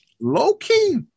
low-key